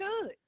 good